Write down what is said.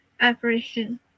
operation